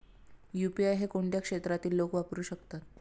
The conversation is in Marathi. यु.पी.आय हे कोणत्या क्षेत्रातील लोक वापरू शकतात?